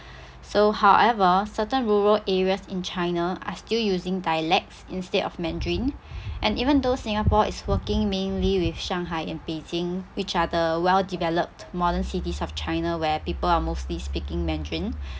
so however certain rural areas in china are still using dialects instead of mandarin and even though singapore is working mainly with shanghai and beijing which are the well developed modern cities of china where people are mostly speaking mandarin